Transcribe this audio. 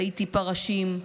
ראיתי פרשים,